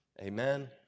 Amen